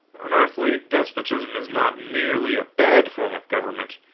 an earthly despotism is not merely a bad form of government,